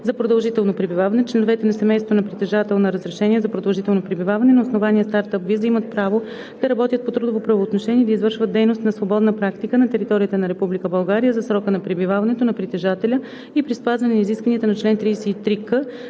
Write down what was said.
за продължително пребиваване. Членовете на семейството на притежател на разрешение за продължително пребиваване на основание „Стартъп виза“ имат право да работят по трудово правоотношение и да извършват дейност на свободна практика на територията на Република България за срока на пребиваването на притежателя и при спазване на изискванията на чл. 33к,